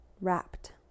wrapped